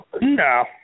No